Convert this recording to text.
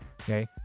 Okay